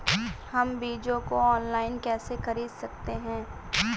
हम बीजों को ऑनलाइन कैसे खरीद सकते हैं?